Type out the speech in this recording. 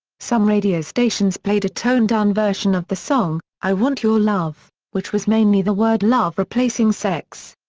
some radio stations played a toned-down version of the song, i want your love, which was mainly the word love replacing sex.